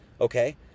Okay